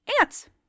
ants